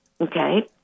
okay